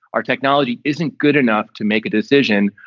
our technology isn't good enough to make a decision.